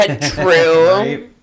True